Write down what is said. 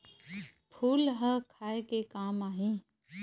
फूल ह खाये के काम आही?